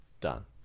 done